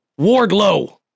Wardlow